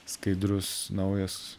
skaidrus naujas